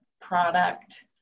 product